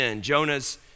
Jonah's